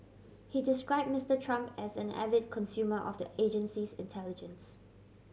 he described Mister Trump as an avid consumer of the agency's intelligence